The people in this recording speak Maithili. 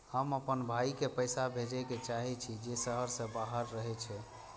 हम आपन भाई के पैसा भेजे के चाहि छी जे शहर के बाहर रहे छै